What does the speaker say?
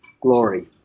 glory